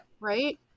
Right